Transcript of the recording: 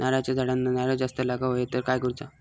नारळाच्या झाडांना नारळ जास्त लागा व्हाये तर काय करूचा?